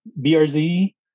BRZ